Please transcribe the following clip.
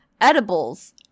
Edibles